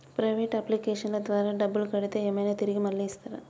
Private అప్లికేషన్ల ద్వారా డబ్బులు కడితే ఏమైనా తిరిగి మళ్ళీ ఇస్తరా?